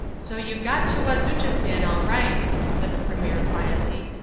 so you got to wazuchistan all right, said the premier quietly.